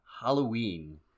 Halloween